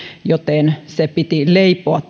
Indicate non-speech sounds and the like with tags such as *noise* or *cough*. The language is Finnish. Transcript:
joten tämä direktiivin säännös piti leipoa *unintelligible*